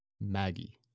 Maggie